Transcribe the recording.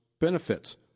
benefits